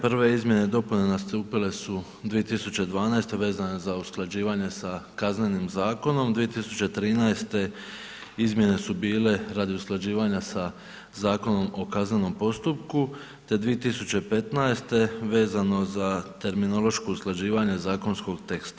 Prve izmjene i dopune nastupile su 2012. vezane za usklađivanje sa Kaznenim zakonom, 2013. izmjene su bile radi usklađivanja sa Zakonom o kaznenom postupku te 2015. vezano za terminološko usklađivanje zakonskog teksta.